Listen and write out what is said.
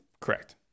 correct